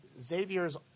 Xavier's